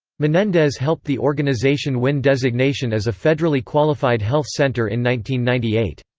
menendez helped the organization win designation as a federally qualified health center in ninety ninety eight.